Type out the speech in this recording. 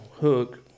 hook